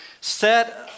set